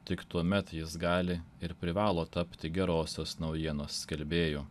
tik tuomet jis gali ir privalo tapti gerosios naujienos skelbėju